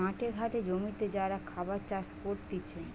মাঠে ঘাটে জমিতে যারা খাবার চাষ করতিছে